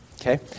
okay